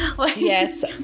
Yes